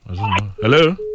Hello